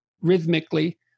rhythmically